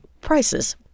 prices